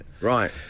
Right